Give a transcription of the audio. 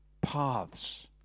paths